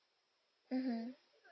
mmhmm